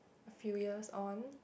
few years on